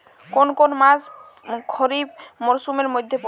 কোন কোন মাস খরিফ মরসুমের মধ্যে পড়ে?